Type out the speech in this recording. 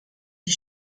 die